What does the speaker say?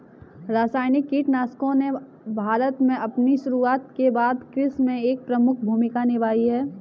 रासायनिक कीटनाशकों ने भारत में अपनी शुरूआत के बाद से कृषि में एक प्रमुख भूमिका निभाई है